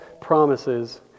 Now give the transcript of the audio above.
promises